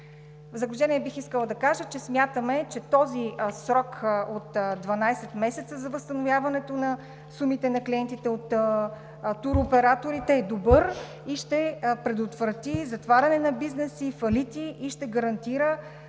В заключение, бих искала да кажа, че смятаме, че този срок от 12 месеца за възстановяването на сумите на клиентите от туроператорите е добър и ще предотврати затваряне на бизнеси и фалити, и ще гарантира